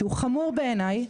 שהוא חמור בעיניי,